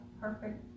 perfect